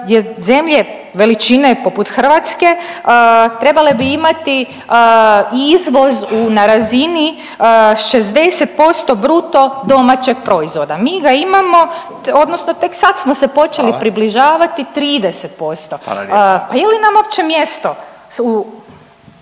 zemlje veličine poput Hrvatske trebale bi imati izvoz na razini 60% bruto domaćeg proizvoda. Mi ga imamo, odnosno tek sad smo se počeli približavati 30%. …/Upadica Radin: